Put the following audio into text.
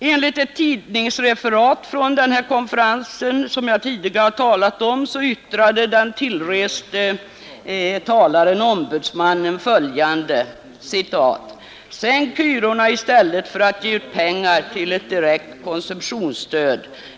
Enligt ett tidningsreferat från den konferens som jag här talat om yttrade den tillreste talaren-ombudsmannen följande: ”Sänk hyrorna i stället för att ge ut pengar till ett direkt konsumtionsstöd.